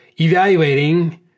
evaluating